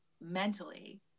mentally